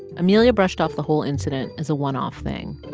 amelia brushed off the whole incident as a one-off thing.